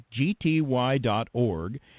gty.org